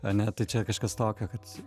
ane tai čia kažkas tokio kad